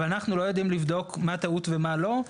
אבל אנחנו לא יודעים לבדוק מה טעות ומה לא.